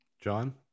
John